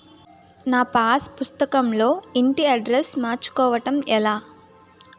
నా పాస్ పుస్తకం లో ఇంటి అడ్రెస్స్ మార్చుకోవటం ఎలా?